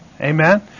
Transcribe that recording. Amen